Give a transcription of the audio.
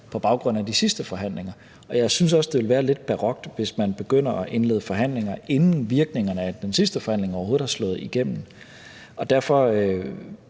på baggrund af de sidste forhandlinger. Jeg synes også, det vil være lidt barokt, hvis man begynder at indlede forhandlinger, inden virkningerne af den sidste forhandling overhovedet er slået igennem. Derfor